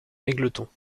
égletons